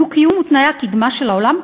דו-קיום ותנאי הקדמה של העולם,